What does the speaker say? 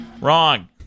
Wrong